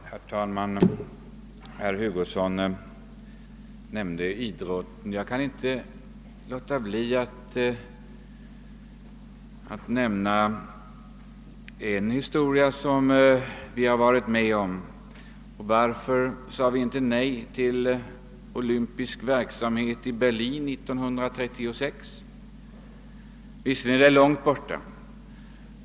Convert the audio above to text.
Herr talman! Herr Hugosson nämnde idrotten. Jag kan inte låta bli att beröra något som vi tidigare har varit med om. Varför sade vi inte nej till olympisk verksamhet i Berlin 1936? Visserligen är det länge sedan.